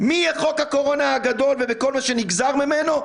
מחוק הקורונה הגדול ובכל מה שנגזר ממנו,